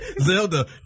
Zelda